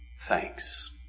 thanks